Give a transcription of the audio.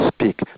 speak